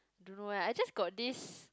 don't know eh I just got this